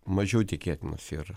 mažiau tikėtinas yra